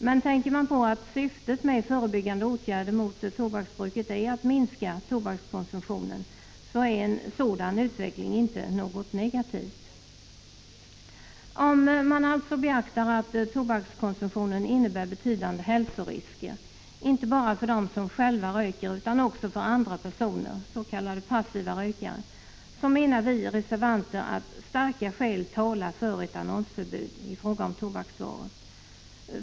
Men tänker man på att syftet med förebyggande åtgärder mot tobaksbruket är att minska tobakskonsumtionen, behöver man inte se en sådan utveckling som någonting negativt. Vi reservanter menar att om man beaktar att tobakskonsumtionen innebär betydande hälsorisker inte bara för dem som själva röker utan också för andra personer, de s.k. passiva rökarna, talar starka skäl för ett annonseringsförbud i fråga om tobaksvaror.